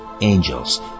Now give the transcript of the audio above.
angels